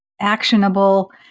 actionable